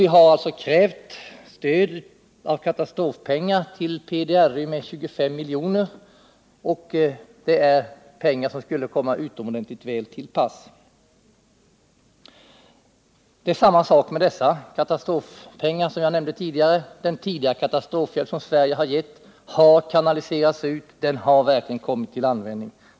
Vi har alltså krävt stöd av katastrofpengar till PDRY med 25 milj.kr. Det är pengar som skulle komma utomordentligt väl till pass. Det är samma sak med dessa katastrofpengar som med dem jag nämnde förut. Den tidigare katastrofhjälp som Sverige har gett har kanaliserats ut och verkligen kommit till användning.